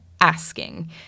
asking